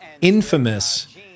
infamous